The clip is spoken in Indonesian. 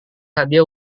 hadiah